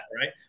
Right